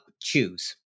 choose